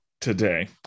today